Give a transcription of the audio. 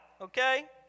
Okay